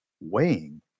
weighing